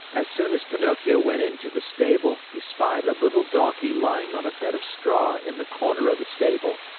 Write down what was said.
as soon as pinocchio went into the stable, he spied a little donkey lying on a bed of straw in the corner of the stable.